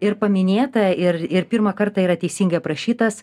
ir paminėta ir ir pirmą kartą yra teisingai aprašytas